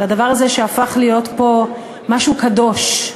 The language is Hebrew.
לדבר הזה שהפך להיות פה משהו קדוש.